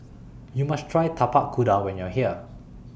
YOU must Try Tapak Kuda when YOU Are here